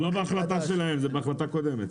זה לא בהחלטה שלהם, זה בהחלט קודמת.